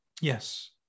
Yes